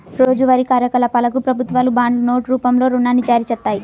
రోజువారీ కార్యకలాపాలకు ప్రభుత్వాలు బాండ్లు, నోట్ రూపంలో రుణాన్ని జారీచేత్తాయి